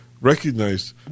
recognize